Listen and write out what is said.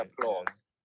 applause